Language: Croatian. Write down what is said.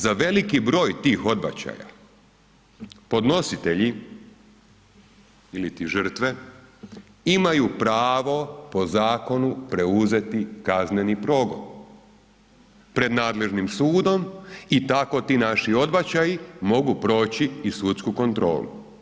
Za veliki broj tih odbačaja, podnositelji iliti žrtve, imaju pravo po zakonu preuzeti kazneni progon pred nadležnim sudom i tako ti naši odbačaji mogu proći i sudsku kontrolu.